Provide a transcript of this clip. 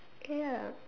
ya